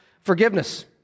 forgiveness